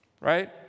right